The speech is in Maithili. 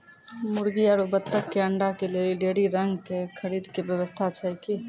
मुर्गी आरु बत्तक के अंडा के लेली डेयरी रंग के खरीद के व्यवस्था छै कि?